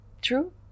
True